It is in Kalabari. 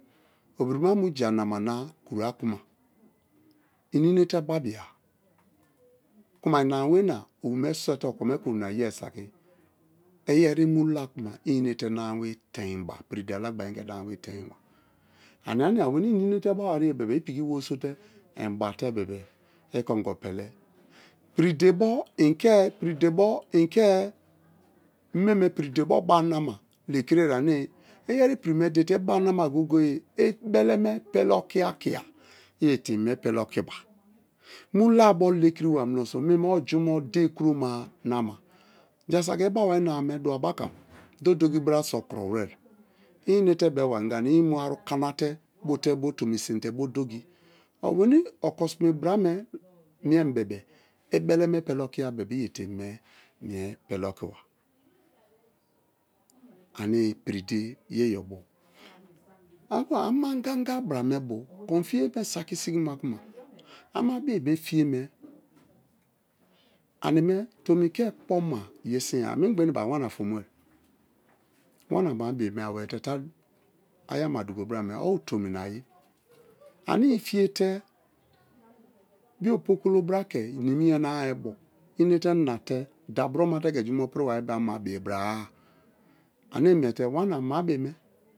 Obirima mu ja na̠ma̠na kira kumi i inate babia kuma i namabe na owume sote okome ke onina ye saki iyeri imu la˖aba īnate namabe teinba pīrē dēi alagba ingerī ane ine teinba. ania-nia weni īnate bawanie bebe-e i piki wereso i batete i kongo peleba piki dēi bo i ke piri dei bo i ke meme pri dēi bo ba nama lekiriaye ane iyeri pri me dēi te iba nama goye-goye i bele me pele okiba mulabo lekiriba mineso meme o jumo dēi kuroma nama jasaki i baba namame dua bakam dokidoki bra so kurowere i inate̠ beba ingwa ye i mu aru kanate mu te mu tonu sin te bo doki oweni okosime braa me mie bebe-em i beleme pele okiya bebe-e i etemi me pele okiba me piri dēi yeyo ani kuma aman gaga bia me bo konfiye ne saki sigima kuma bii fiye anime tomi ke kpoma yesinya mingba eneba ka ani wana fom-e̠ wana bi̠i̠ atari-tari ayama duko bra me owu tomina ayi ane ifiye te bio pokolo bra ke nimi yana-a bo inate na te da broma te jumo pri bai bo ama bii bra-a. ane-e miete wana ama-abi me̠